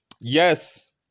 Yes